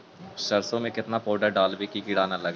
सरसों में केतना पाउडर डालबइ कि किड़ा न लगे?